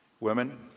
Women